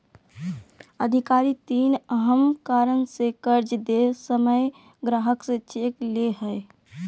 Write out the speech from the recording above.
अधिकारी तीन अहम कारण से कर्ज दे समय ग्राहक से चेक ले हइ